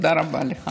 תודה רבה לך.